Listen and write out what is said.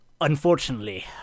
Unfortunately